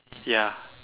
ya